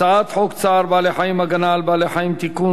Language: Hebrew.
הצעת חוק צער בעלי-חיים (הגנה על בעלי-חיים) (תיקון,